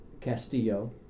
Castillo